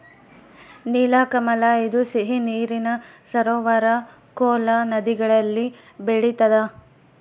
ನೀಲಕಮಲ ಇದು ಸಿಹಿ ನೀರಿನ ಸರೋವರ ಕೋಲಾ ನದಿಗಳಲ್ಲಿ ಬೆಳಿತಾದ